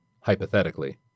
Hypothetically